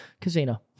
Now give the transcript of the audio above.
Casino